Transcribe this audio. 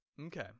Okay